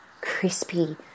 crispy